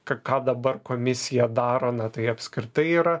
ką ką dabar komisija daro na tai apskritai yra